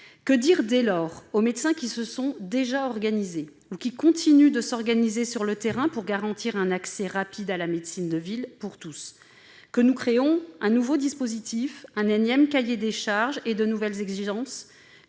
que dire aux médecins qui se sont déjà organisés sur le terrain, et qui continuent de le faire, pour garantir un accès rapide à la médecine de ville pour tous ? Que nous créons un nouveau dispositif, un énième cahier des charges et de nouvelles exigences ?